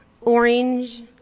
orange